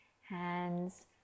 Hands